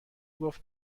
گفت